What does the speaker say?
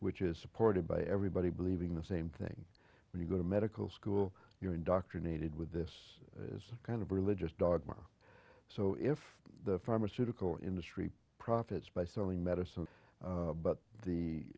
which is supported by everybody believing the same thing when you go to medical school you're indoctrinated with this kind of religious dogma so if the pharmaceutical industry profits by selling medicine but the